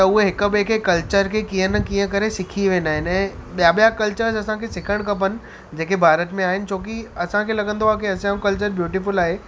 त हुए हिकु ॿिए जे कल्चर खे कीअं न कीअं करे सिखी वेंदा आहिनि ऐं ॿिया ॿिया कल्चर असांखे सिखण खपेनि जेके भारत में आहिनि छो कि असांखे लॻंदो आहे कि असांजो कल्चर ब्यूटिफ़ुल आहे